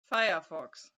firefox